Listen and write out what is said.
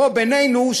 בינינו,